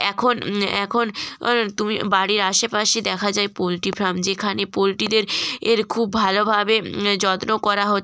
এখন এখন অন তুমি বাড়ির আশেপাশে দেখা যায় পোল্ট্রি ফার্ম যেখানে পোল্ট্রিদের এর খুব ভালোভাবে যত্ন করা হচ্ছে